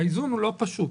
האיזון הוא לא פשוט.